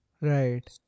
right